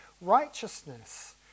righteousness